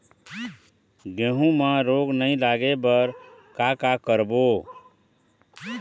गेहूं म रोग नई लागे बर का का करबो?